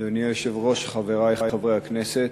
אדוני היושב-ראש, חברי חברי הכנסת,